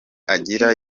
agira